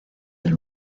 del